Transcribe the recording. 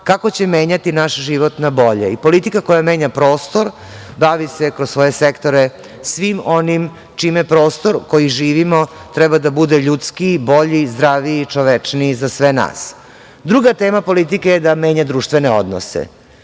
kako će menjati naš život na bolje. Politika koja menja prostor bavi se kroz svoje sektore svim onim čime prostor koji živimo treba da bude ljudski, bolji, zdraviji i čovečniji za sve nas. Druga tema politike je da menja društvene odnose